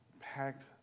packed